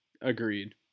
agreed